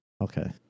Okay